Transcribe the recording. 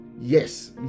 Yes